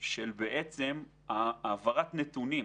העברת נתונים